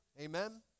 Amen